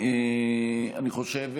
אני חושב,